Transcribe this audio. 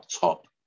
top